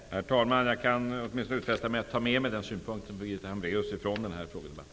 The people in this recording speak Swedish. Herr talman! Jag kan åtminstone utfästa mig att ta med mig denna synpunkt från den här frågedebatten, Birgitta Hambraeus.